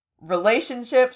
relationships